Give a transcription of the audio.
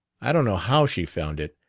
i don't know how she found it,